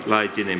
laitinen